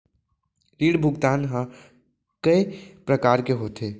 ऋण भुगतान ह कय प्रकार के होथे?